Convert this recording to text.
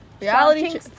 Reality